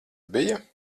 bija